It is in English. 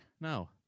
No